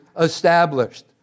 established